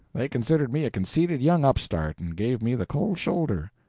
they considered me a conceited young upstart, and gave me the cold shoulder.